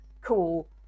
cool